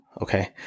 Okay